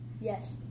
Yes